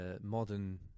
modern